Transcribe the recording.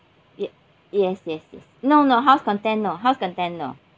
yes yes yes yes no no house content no house content no